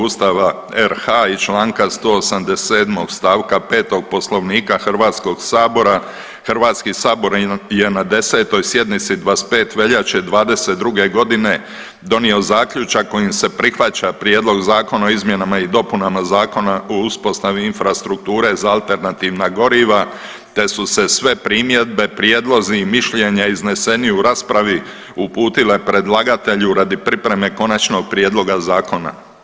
Ustava RH i članka 187. stavka 5. Poslovnika Hrvatskog sabora, Hrvatski sabor je na 10. sjednici 25. veljače 2022. godine donio zaključak kojim se prihvaća Prijedlog zakona o izmjenama i dopunama Zakona o uspostavi infrastrukture za alternativna goriva, te su se sve primjedbe, prijedlozi i mišljenja izneseni u raspravi uputile predlagatelju radi pripreme konačnog prijedloga zakona.